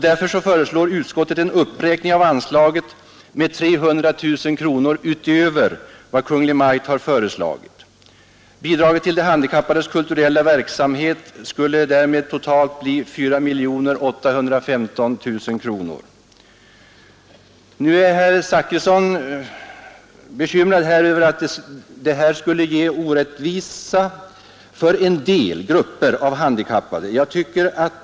Därför föreslår utskottet en uppräkning av anslaget med 300 000 kronor utöver vad Kungl. Maj:t har föreslagit. Bidraget till de handikappades kulturella verksamhet skulle därmed totalt bli 4 815 000 kronor. Herr Zachrisson är bekymrad över att detta skulle innebära orättvisa för en del grupper handikappade.